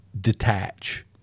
detach